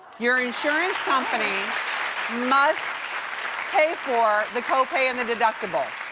your insurance company must pay for the copay and the deductible.